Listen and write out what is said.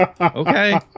Okay